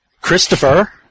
Christopher